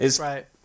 Right